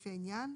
לפי העניין,",